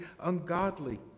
ungodly